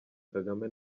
kagame